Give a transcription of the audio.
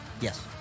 Yes